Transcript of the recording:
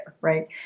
right